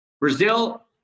Brazil